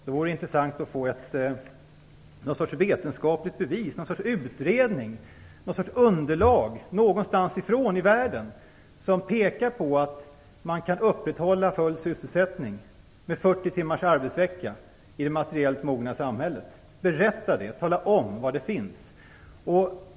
Det vore intressant att få ett vetenskapligt bevis, en utredning eller ett underlag från någonstans i världen som pekar på att man kan upprätthålla full sysselsättning med 40 timmars arbetsvecka i det materiellt mogna samhället. Per Unckel kanske kan tala om var det finns.